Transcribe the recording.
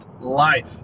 Life